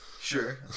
Sure